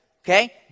Okay